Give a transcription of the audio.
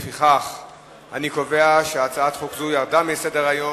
לפיכך אני קובע שהצעת חוק זו הוסרה מסדר-היום.